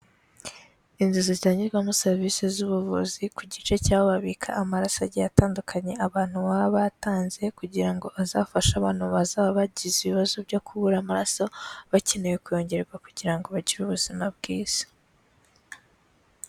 Inzu zitangirwamo serivisi z'ubuvuzi ku gice cy'aho babika amaraso agiye atandukanye abantu baba batanze, kugira ngo azafashe abantu bazaba bagize ibibazo byo kubura amaraso, bakeneye kuyongerwa kugira ngo bagire ubuzima bwiza.